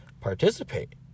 participate